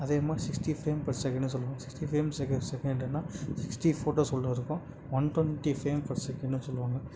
அது அம்மா sixty frame per செகண்டுன்னு சொல்லுவோம் சிக்ட்டி ஃபேம் செக செகண்டுன்னா சிக்ட்டி ஃபோட்டோஸ் உள்ள இருக்கும் ஒன் டொண்ட்டி ஃப்ரேம் பர் செகண்டுன்னு சொல்லுவாங்க